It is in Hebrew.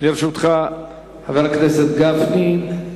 לרשותך, חבר הכנסת גפני,